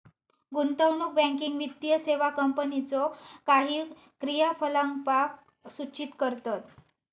गुंतवणूक बँकिंग वित्तीय सेवा कंपनीच्यो काही क्रियाकलापांक सूचित करतत